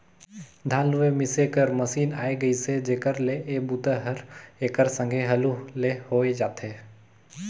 धान लूए मिसे कर मसीन आए गेइसे जेखर ले ए बूता हर एकर संघे हालू ले होए जाथे